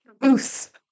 booth